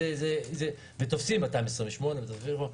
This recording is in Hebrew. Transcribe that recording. תופסים 228 קמ"ש.